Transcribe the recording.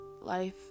life